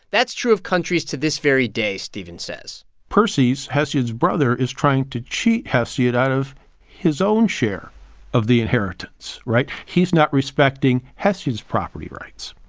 that's true of countries to this very day, steven says perses, hesiod's brother, is trying to cheat hesiod out of his own share of the inheritance, right? he's not respecting hesiod's property rights.